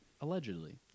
allegedly